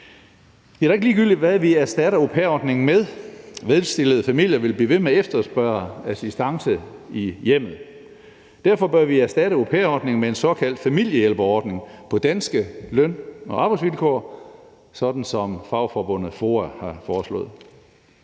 Det er ikke ligegyldigt, hvad vi erstatter au pair-ordningen med. Velstillede familier vil blive ved med at efterspørge assistance i hjemmet. Derfor bør vi erstatte au pair-ordningen med en såkaldt familiehjælperordning på danske løn- og arbejdsvilkår, sådan som fagforbundet FOA har foreslået.